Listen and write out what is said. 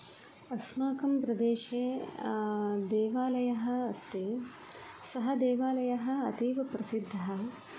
अस्माकं प्रदेशे देवालयः अस्ति सः देवालयः अतीवप्रसिद्धः